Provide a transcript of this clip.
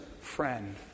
friend